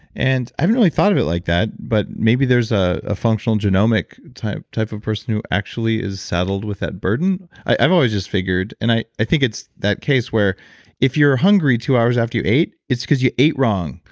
and i haven't really thought of it like that, but maybe there's a ah functional genomic type type of person who actually is settled with that burden. i've always just figured, and i i think it's that case where if you're hungry two hours after you ate, it's because you ate wrong.